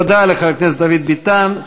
תודה לחבר הכנסת דוד ביטן.